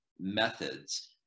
methods